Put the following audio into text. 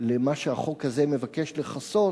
למה שהחוק הזה מבקש לכסות,